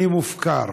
אני מופקר.